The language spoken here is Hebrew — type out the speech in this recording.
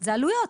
זה עלויות'